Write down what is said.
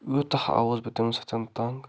یوٗتاہ آوُس بہٕ تَمۍ سۭتۍ تنٛگ